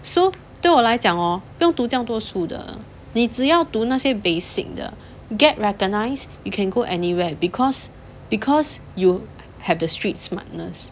so 对我来讲哦不用读这样多书的你只要读那些 basic 的 get recognised you can go anywhere because because you have the street smartness